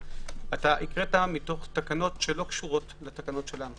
הקראת מתוך תקנות שלא קשורות לתקנות שלנו,